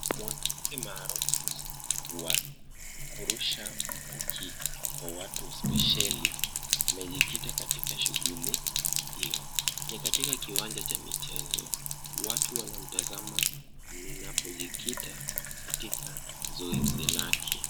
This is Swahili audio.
Mwanamke maarufu wa kurusha mkuki kwa watu spesheli, amejikita katika shughuli hiyo. Ni katika kiwanja cha michezo, watu wanamtazama anapojikita katika zoezi lake.